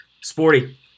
Sporty